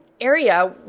Area